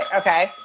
Okay